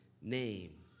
name